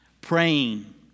praying